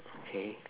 okay